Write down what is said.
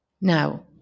Now